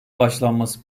başlanması